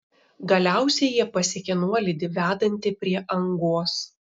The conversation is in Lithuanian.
galiausiai jie pasiekė nuolydį vedantį prie angos